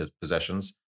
possessions